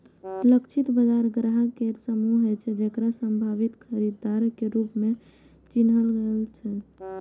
लक्षित बाजार ग्राहक केर समूह होइ छै, जेकरा संभावित खरीदार के रूप मे चिन्हल गेल छै